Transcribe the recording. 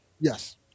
Yes